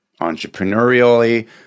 entrepreneurially